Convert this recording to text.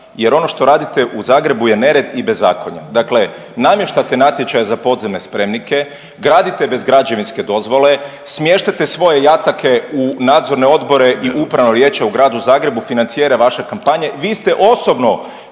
jer ono što radite u Zagrebu je nered i bezakonje. Dakle namještate natječaje za podzemne spremnike, gradite bez građevinske dozvole, smještate svoje jatake u nadzorne odbore i upravna vijeća u Gradu Zagrebu, financijere vaše kampanje, vi ste osobno